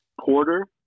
porter